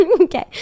Okay